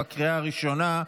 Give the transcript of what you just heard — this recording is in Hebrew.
בקריאה הראשונה.